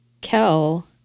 Kel